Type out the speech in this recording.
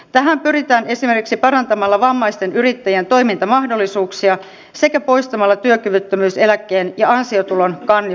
tähän pyritään esimerkiksi parantamalla vammaisten yrittäjien toimintamahdollisuuksia sekä poistamalla työkyvyttömyyseläkkeen ja ansiotulon kannustinloukkuja